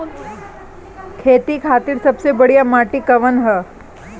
खेती खातिर सबसे बढ़िया माटी कवन ह?